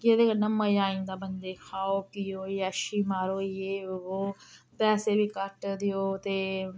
एहदे कन्नै मजा आई जंदा बंदे ई खाओ पियो जैशी मारो जे बो पैसे बी घट्ट देओ ते